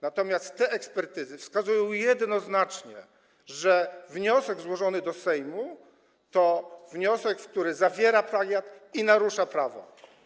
Natomiast te ekspertyzy wskazują jednoznacznie, że wniosek złożony do Sejmu to wniosek, który zawiera plagiat i narusza prawo.